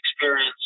experience